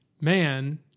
man